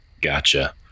Gotcha